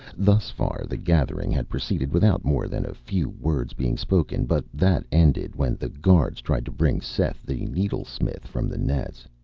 thus far, the gathering had proceeded without more than a few words being spoken, but that ended when the guards tried to bring seth the needlesmith from the nets.